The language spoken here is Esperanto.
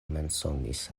mensogis